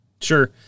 Sure